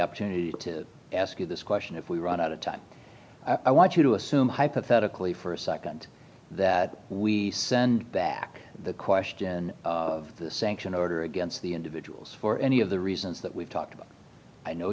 opportunity to ask you this question if we run out of time i want you to assume hypothetically for a nd that we send back the question of the sanction order against the individuals for any of the reasons that we've talked about i know